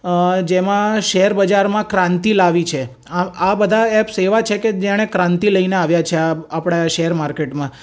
અ જેમાં શેર બજારમાં ક્રાંતિ લાવી છે આ બધા એપ્સ એવા છે કે જેણે ક્રાંતિ લઈને આવ્યાં છે અ આપણાં શેર માર્કેટમાં